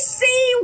see